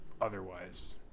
otherwise